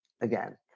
again